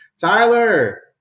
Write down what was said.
Tyler